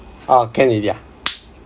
oh can already ah